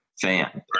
fan